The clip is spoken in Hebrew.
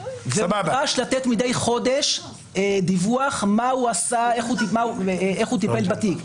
ונדרש לתת דיווח על מה הוא עשה ועל איך הוא טיפל בתיק,